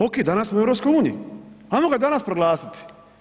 OK, danas smo u EU, ajmo ga danas proglasiti.